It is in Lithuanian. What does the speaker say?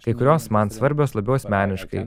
kai kurios man svarbios labiau asmeniškai